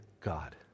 God